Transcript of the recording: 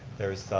there is,